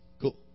Cool